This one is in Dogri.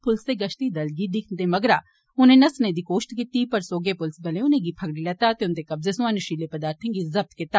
पुलस दे गश्ती दल गी दिक्खने मगरा उनें नसने दी कोश्ट कीती पर सौह्गे पुलस बलें उनेंगी फगड़ी लैता ते उंदे कब्जे सोयां नशीले पदार्थें गी जब्त कीता